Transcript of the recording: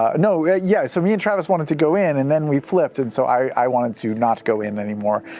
ah no, yeah yeah, so me and travis wanted to go in, and then we flipped, and so i wanted to not go in anymore.